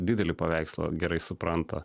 didelį paveikslą gerai supranta